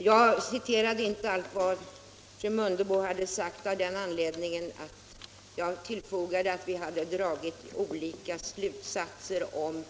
Herr talman! Jag citerade inte allt vad fru Mundebo skrivit av den anledningen att jag tillfogade att vi dragit olika slutsatser om